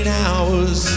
hours